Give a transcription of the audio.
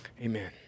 amen